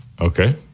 Okay